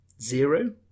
Zero